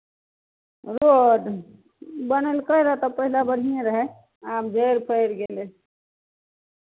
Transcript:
road बनेलकै रहै तऽ पहिले बढ़िएँ रहै आब झड़ि फड़ि गेलै